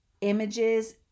images